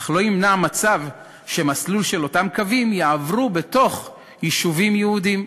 אך לא ימנע מצב שהמסלול של אותם קווים יעבור בתוך יישובים יהודיים.